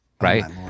right